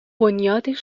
بنیاد